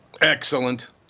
Excellent